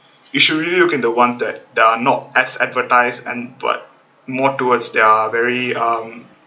you should really look into ones that that are not as advertised and but more towards that are very um